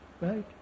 Right